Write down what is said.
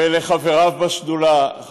ולחבריו בשדולה,